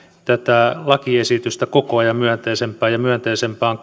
tätä lakiesitystä koko ajan myönteisempään ja myönteisempään